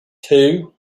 two